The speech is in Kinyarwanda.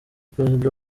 perezida